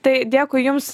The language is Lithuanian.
tai dėkui jums